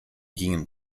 gingen